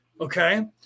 Okay